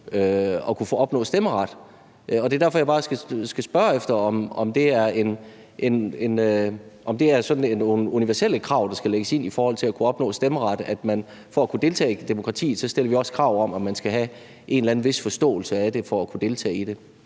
at kunne opnå stemmeret. Det er derfor, jeg bare vil spørge, om det er sådan nogle universelle krav, der skal lægges ind i det for at kunne opnå stemmeret, og at vi, for at man kan deltage i demokratiet, stiller krav om, at man skal have en vis forståelse af det for at kunne deltage i det.